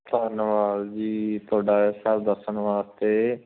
ਧੰਨਵਾਦ ਜੀ ਤੁਹਾਡਾ ਇਹ ਸਭ ਦੱਸਣ ਵਾਸਤੇ